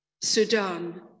Sudan